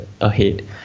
ahead